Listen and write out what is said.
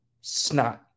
snot